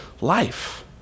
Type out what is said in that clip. life